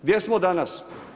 Gdje smo danas?